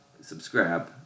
Subscribe